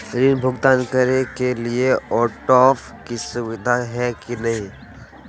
ऋण भुगतान करे के लिए ऑटोपे के सुविधा है की न?